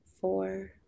four